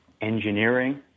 engineering